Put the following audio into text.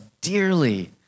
dearly